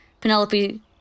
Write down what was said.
Penelope